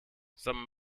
some